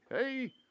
hey